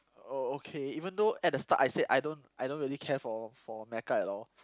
oh okay even though at the start I said I don't I don't really care for for mecha at all